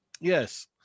Yes